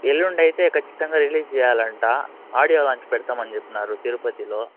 ఎల్లుండి అయితే ఖచ్చితంగా రిలీజ్ చేయాలంట ఆడియో లాంచ్ పెడతాం అని చెప్పినారు తిరుపతిలో